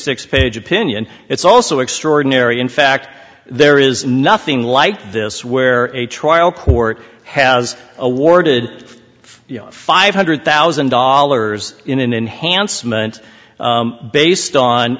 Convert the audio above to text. six page opinion it's also extraordinary in fact there is nothing like this where a trial court has awarded five hundred thousand dollars in an enhancement based on